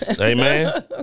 Amen